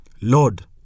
Lord